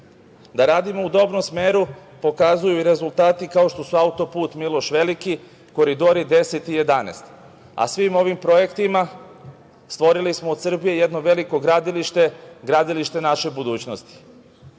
Da radimo u dobrom smeru pokazuju i rezultati kao što su autoput Miloš veliki, koridori 10 i 11.Svim ovim projektima, stvorili smo od Srbije jedno veliko gradilište, gradilište naše budućnosti. Na